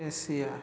Asia